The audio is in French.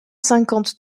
cinquante